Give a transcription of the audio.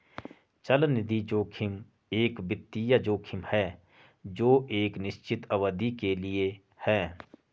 चलनिधि जोखिम एक वित्तीय जोखिम है जो एक निश्चित अवधि के लिए है